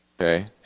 Okay